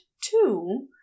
two